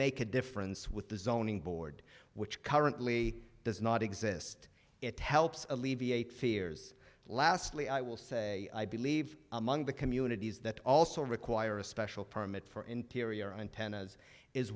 make a difference with the zoning board which currently does not exist it helps alleviate fears lastly i will say i believe among the communities that also require a special permit for interior and tennis is